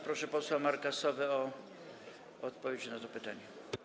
Proszę posła Marka Sowę o odpowiedzi na te pytania.